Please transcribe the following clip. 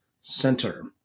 Center